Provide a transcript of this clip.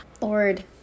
Lord